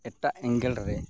ᱮᱴᱟᱜ ᱮᱸᱜᱮᱞ ᱨᱮ